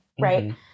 right